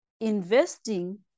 Investing